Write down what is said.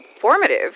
formative